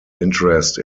interest